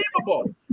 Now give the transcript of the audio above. unbelievable